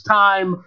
time